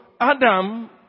Adam